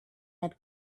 had